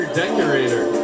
decorator